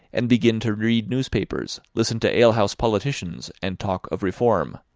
and begin to read newspapers, listen to alehouse politicians, and talk of reform.